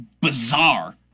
bizarre